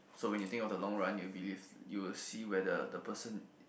so when you think of the long run you believe you will see whether the person